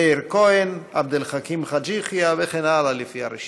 8039, 8104, 8106, 8133 ו-8143.